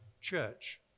church